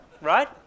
Right